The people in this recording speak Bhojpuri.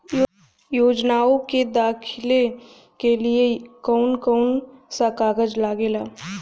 योजनाओ के दाखिले के लिए कौउन कौउन सा कागज लगेला?